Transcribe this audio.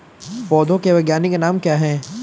पौधों के वैज्ञानिक नाम क्या हैं?